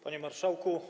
Panie Marszałku!